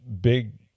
big